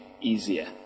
easier